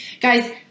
Guys